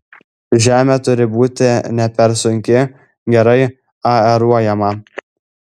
žemė turi būti ne per sunki gerai aeruojama